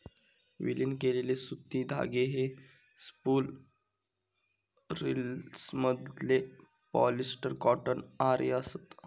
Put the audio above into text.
विलीन केलेले सुती धागे हे स्पूल रिल्समधले पॉलिस्टर कॉटन यार्न असत